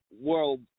world